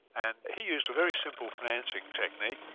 and he used a very simple financing technique.